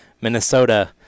Minnesota